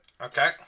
Okay